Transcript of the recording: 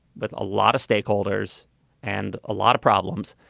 but a lot of stakeholders and a lot of problems.